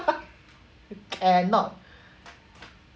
cannot